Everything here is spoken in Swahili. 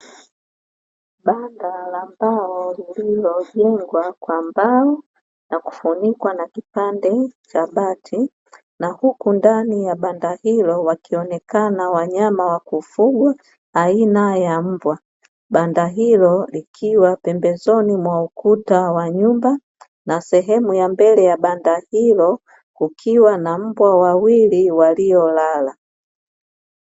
Banda la mbao liliojengwa kwa mbao, na kufunikwa na kipande cha bati, na huku ndani ya banda hilo wakionekana wanyama wakufugwa aina ya mbwa. Banda hilo likiwa pembezoni mwa ukuta wa nyumba, na sehemu ya mbele ya banda hilo, kukiwa na mbwa wawili waliolala.